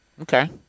Okay